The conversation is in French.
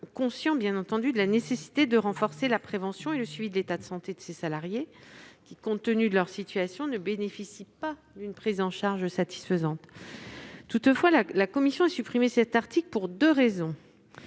conscients de la nécessité de renforcer la prévention et le suivi de l'état de santé de ces salariés, qui, compte tenu de leur situation, ne bénéficient pas d'une prise en charge satisfaisante. La commission a toutefois supprimé cet article pour deux raisons.